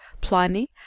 pliny